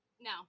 No